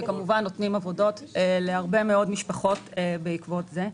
שכמובן נותנים עבודות להרבה מאוד משפחות בעקבות זה.